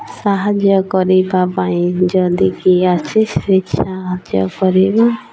ସାହାଯ୍ୟ କରିବା ପାଇଁ ଯଦି କିଏ ଅଛି ସେ ସାହାଯ୍ୟ କରିବ